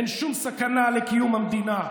אין שום סכנה לקיום המדינה.